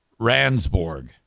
Ransborg